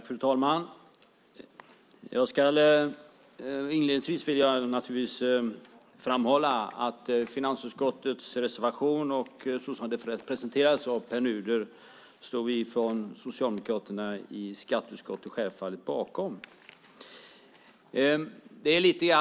Fru talman! Inledningsvis vill jag naturligtvis framhålla att Socialdemokraternas reservation i finansutskottets betänkande, som presenterades av Pär Nuder, står vi socialdemokrater i skatteutskottet självfallet bakom.